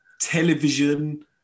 television